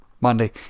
Monday